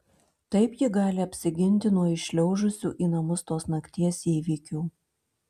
taip ji gali apsiginti nuo įšliaužusių į namus tos nakties įvykių